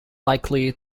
likely